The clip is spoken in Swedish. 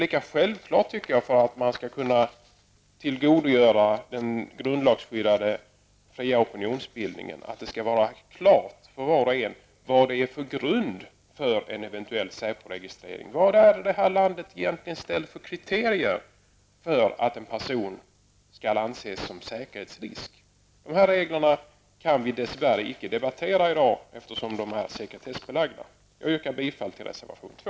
För att dessa personer skall kunna bedriva den grundlagsskyddade fria opinionsbildningen anser jag att det är lika självklart att det skall vara klart för var och en vad det finns för grund för en eventuell SÄPO registrering. Vad har det här landet egentligen uppställt för kriterier för att en person skall anses som en säkerhetsrisk? De här reglerna kan vi dess värre inte debattera i dag, eftersom de är sekretessbelagda. Jag yrkar bifall till reservation 2.